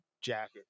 jacket